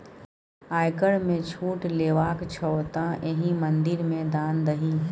आयकर मे छूट लेबाक छौ तँ एहि मंदिर मे दान दही